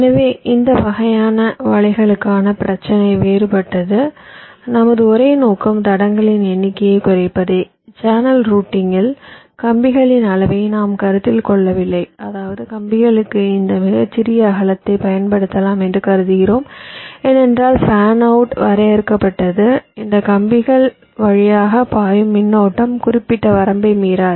எனவே இந்த வகையான வலைகளுக்கான பிரச்சினை வேறுபட்டது நமது ஒரே நோக்கம் தடங்களின் எண்ணிக்கையைக் குறைப்பதே சேனல் ரூட்டிங்கில் கம்பிகளின் அளவை நாம் கருத்தில் கொள்ளவில்லை அதாவது கம்பிகளுக்கு இந்த மிகச்சிறிய அகலத்தைப் பயன்படுத்தலாம் என்று கருதுகிறோம் ஏனென்றால் பேன் அவுட் வரையறுக்கப்பட்டது இந்த கம்பிகள் வழியாக பாயும் மின்னோட்டம் குறிப்பிட்ட வரம்பை மீறாது